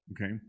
okay